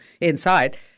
inside